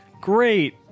Great